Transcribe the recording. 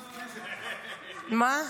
מה?